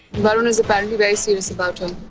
but and is apparently very serious about her.